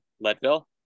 Leadville